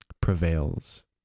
prevails